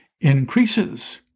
increases